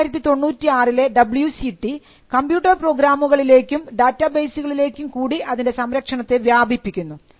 1996ലെ W C T computer പ്രോഗ്രാമുകളിലേക്കും ഡാറ്റാബേസുകളിലേക്കും കൂടി അതിൻറെ സംരക്ഷണത്തെ വ്യാപിപ്പിക്കുന്നു